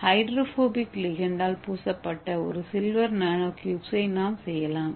hydrophobic லிகண்டால் பூசப்பட்ட ஒரு சில்வர் நானோ க்யூப்ஸை நாம் செய்யலாம்